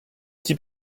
petit